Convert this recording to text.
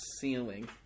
ceiling